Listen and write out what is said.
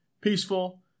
peaceful